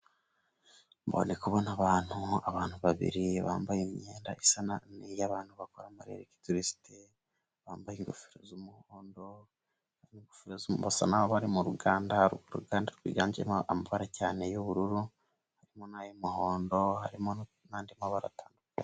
Abantu abantu babiri bambaye imyenda isa n'iy'abantu bakora muri elegitirisite bambaye ingofero z'umuhondo basa nkaho bari mu ruganda, hari uruganda rwiganjemo amabara cyane y'ubururu harimo n'ay'umuhondo harimo n'andi mabara atandukanye.